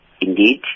indeed